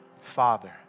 Father